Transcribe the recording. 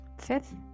fifth